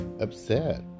upset